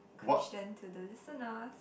question to the listeners